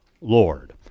Lord